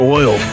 oil